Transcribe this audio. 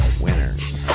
winners